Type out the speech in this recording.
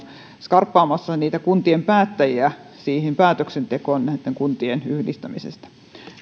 skarppaamassa kuntien päättäjiä päätöksentekoon näitten kuntien yhdistämisestä